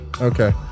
okay